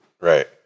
Right